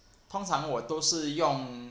通常我都是用